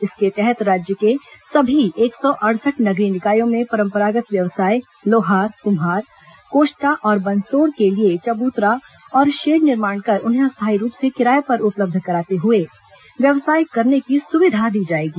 इसके तहत राज्य के सभी एक सौ अड़सठ नगरीय निकायों में परम्परागत् व्यवसाय लोहार कुम्हार कोष्टा और बंसोड़ के लिए चबूतरा और शेड निर्माण कर उन्हें अस्थायी रूप से किराए पर उपलब्ध कराते हुए व्यवसाय करने की सुविधा दी जाएगी